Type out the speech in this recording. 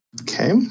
Okay